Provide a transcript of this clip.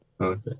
okay